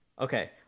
Okay